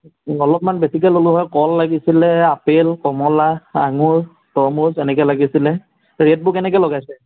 অলপমান বেছিকৈ ললোঁ হয় কল লাগিছিল আপেল কমলা আঙুৰ তৰমুজ এনেকৈ লাগিছিল ৰেটবোৰ কেনেকৈ লগাইছে